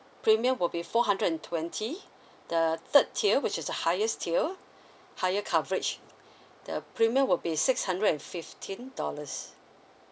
premium will be four hundred and twenty the third tier which is the highest tier higher coverage the premium will be six hundred and fifteen dollars